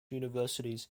universities